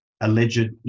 alleged